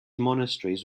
monasteries